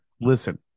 listen